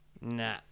Nah